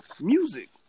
Music